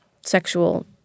sexual